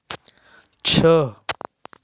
छः